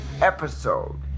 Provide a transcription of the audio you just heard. episode